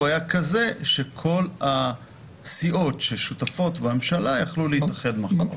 היה כזה שכל הסיעות ששותפות בממשלה יכלו להתאחד מאחוריו.